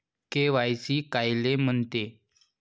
KYC कायले म्हनते?